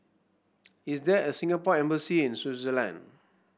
is there a Singapore Embassy in Swaziland